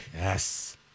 Yes